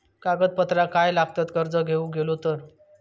कागदपत्रा काय लागतत कर्ज घेऊक गेलो तर?